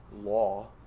law